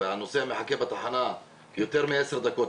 הנוסע מחכה בתחנה יותר מעשר דקות,